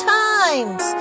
times